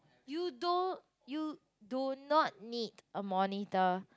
you don~ you do not need a monitor